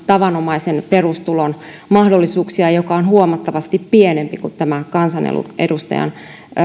tavanomaisen perustulon mahdollisuuksia mikä on huomattavasti pienempi kuin tämä kansanedustajan